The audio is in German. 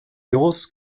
jos